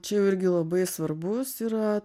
čia jau irgi labai svarbus yra